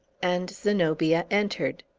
and zenobia entered.